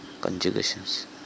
conjugations